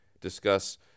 discuss